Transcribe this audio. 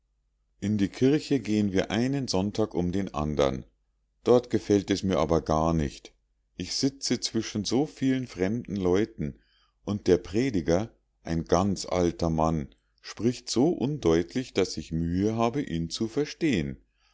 in die kirche gehen wir einen sonntag um den andern dort gefällt es mir aber gar nicht ich sitze zwischen so viel fremden leuten und der prediger ein ganz alter mann spricht so undeutlich daß ich mühe habe ihn zu verstehen